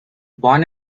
born